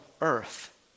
earth